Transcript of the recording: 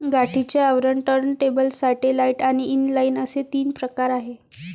गाठीचे आवरण, turntable, satellite आणि इनलाइन असे तीन प्रकार आहे